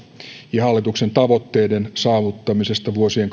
ja hallituksen tavoitteiden saavuttamisesta vuosien